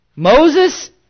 Moses